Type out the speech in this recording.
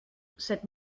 cette